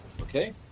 okay